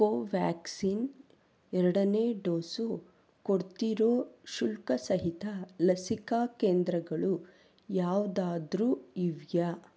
ಕೋವ್ಯಾಕ್ಸಿನ್ ಎರಡನೇ ಡೋಸು ಕೊಡ್ತಿರೋ ಶುಲ್ಕ ಸಹಿತ ಲಸಿಕಾ ಕೇಂದ್ರಗಳು ಯಾವುದಾದ್ರೂ ಇವೆಯಾ